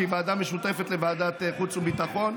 שהיא ועדה משותפת לוועדת החוץ והביטחון.